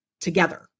together